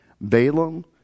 Balaam